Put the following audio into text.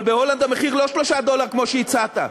אבל בהולנד המחיר לא 3 דולר כמו שהצעת.